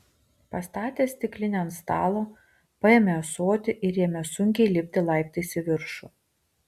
pastatęs stiklinę ant stalo paėmė ąsotį ir ėmė sunkiai lipti laiptais į viršų